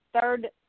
third